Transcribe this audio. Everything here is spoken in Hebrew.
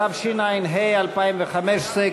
התשע"ה 2015,